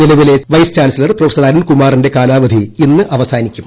നിലവിലെ vice chancellor professor അരുൺകുമാറിന്റെ കാലാവധി ഇന്ന് അവസാനിക്കും